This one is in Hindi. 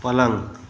पलंग